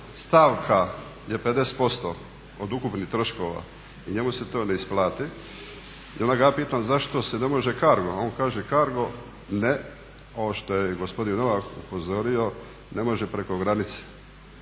stavka je 50% od ukupnih troškova i njemu se to ne isplati. I onda ga ja pitam zašto se ne može Cargom, on kaže Cargo ne ovo što je gospodin Novak upozorio, ne može preko granice.